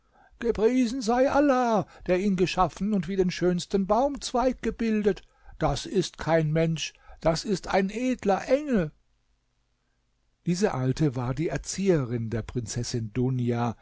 gepriesen sei allah der ihn geschaffen und wie den schönsten baumzweig gebildet das ist kein mensch das ist ein edler engel diese alte war die erzieherin der prinzessin dunia